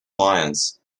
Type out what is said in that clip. lyons